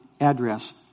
address